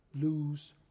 lose